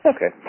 Okay